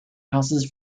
houses